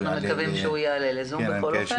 אנחנו מקווים שהוא יעלה לזום בכל אופן.